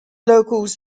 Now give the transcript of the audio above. locals